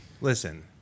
Listen